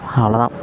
அவ்வளோ தான்